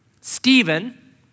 Stephen